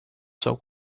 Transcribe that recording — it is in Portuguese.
sol